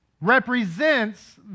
represents